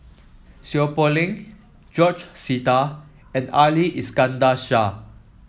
Seow Poh Leng George Sita and Ali Iskandar Shah